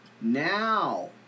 Now